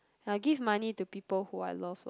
I'll give money to people who I love a lot